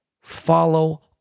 Follow